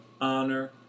honor